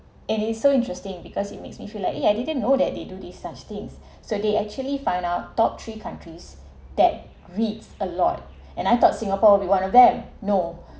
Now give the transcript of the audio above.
it is so interesting because it makes me feel like eh I didn't know that they do this such things so they actually find out top three countries that reads a lot and I thought singapore will be one of them no